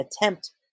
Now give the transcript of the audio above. attempt